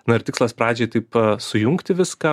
na ir tikslas pradžiai taip sujungti viską